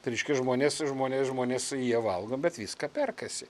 tai reiškia žmonės žmonės žmonės jie valgo bet viską perkasi